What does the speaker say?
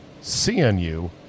CNU